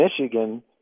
Michigan